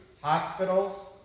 hospitals